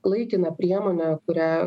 laikiną priemonę kurią